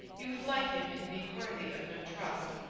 he was like him in being worthy of no trust.